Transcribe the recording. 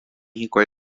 hikuái